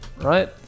right